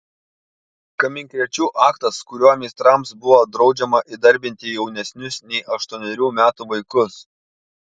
kaminkrėčių aktas kuriuo meistrams buvo draudžiama įdarbinti jaunesnius nei aštuonerių metų vaikus